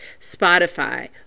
Spotify